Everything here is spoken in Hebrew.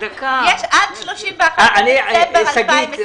שנייה --- יש עד 31 בדצמבר 2020. שגית,